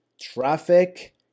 traffic